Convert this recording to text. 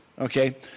okay